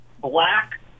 black